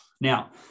Now